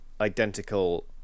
identical